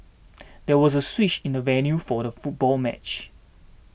there was a switch in the venue for the football match